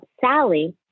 Sally